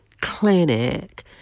clinic